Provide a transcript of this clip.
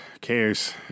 cares